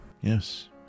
Yes